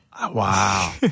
Wow